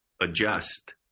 adjust